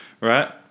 right